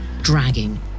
dragging